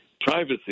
privacy